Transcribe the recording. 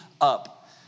up